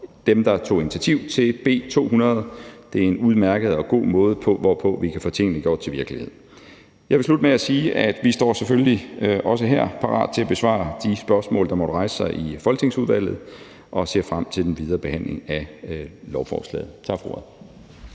dem, der tog initiativ til B 200. Det er en udmærket og god måde, hvorpå vi kan få tingene gjort til virkelighed. Jeg vil slutte med at sige, at vi selvfølgelig også her står parat til at besvare de spørgsmål, der måtte rejse sig i folketingsudvalget, og ser frem til den videre behandling af lovforslaget. Tak for ordet.